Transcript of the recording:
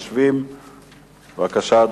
המשפטים, בבקשה.